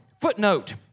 Footnote